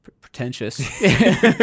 pretentious